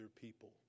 people